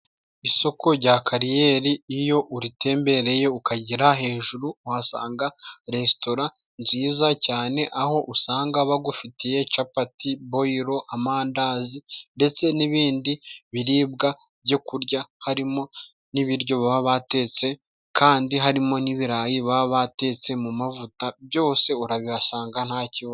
Isoko rya kariyeri iyo uritembereye ukagera hejuru uhasanga resitora nziza cyane aho usanga bagufitiye capati, boyilo, amandazi ndetse n'ibindi biribwa byo kurya harimo n'ibiryo baba batetse kandi harimo n'ibirayi baba batetse mu mavuta byose urabihasanga ntakibazo.